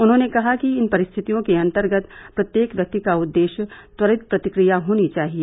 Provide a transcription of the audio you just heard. उन्होंने कहा कि इन परिस्थितियों के अंतर्गत प्रत्येक व्यक्ति का उद्देश्य त्वरित प्रतिक्रिया होनी चाहिए